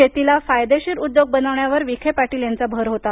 शैतीला फायदेशीर उद्योग बनवण्यावर विखे पाटील यांचा भर होता